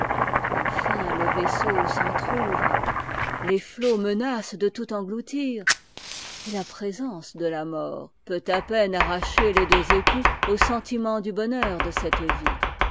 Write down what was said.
enfin le vaisseau s'entr'ouvre les flots menacent de tout engloutir et la présence de la mort peut à peine arracher les deux époux au sentiment du bonheur de cette vie